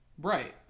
right